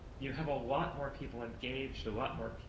you have a lot more people engaged, a lot more,